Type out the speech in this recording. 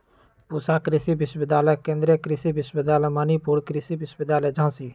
पूसा कृषि विश्वविद्यालय, केन्द्रीय कृषि विश्वविद्यालय मणिपुर, कृषि विश्वविद्यालय झांसी